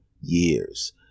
years